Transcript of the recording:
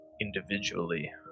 individually